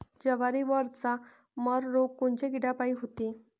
जवारीवरचा मर रोग कोनच्या किड्यापायी होते?